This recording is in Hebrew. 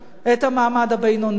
את המעמד הבינוני.